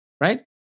right